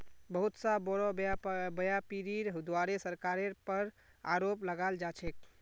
बहुत स बोरो व्यापीरीर द्वारे सरकारेर पर आरोप लगाल जा छेक